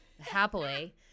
happily